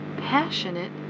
passionate